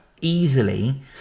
easily